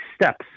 steps